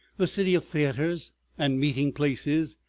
the city of theaters and meeting-places,